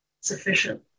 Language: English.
sufficient